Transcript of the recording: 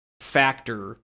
factor